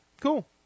Cool